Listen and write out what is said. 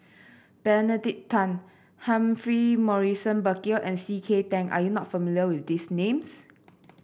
Benedict Tan Humphrey Morrison Burkill and C K Tang are you not familiar with these names